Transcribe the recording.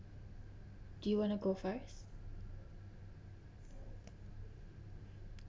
do you wanna go first